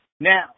Now